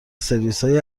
سرویسهای